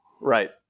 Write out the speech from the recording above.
Right